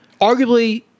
Arguably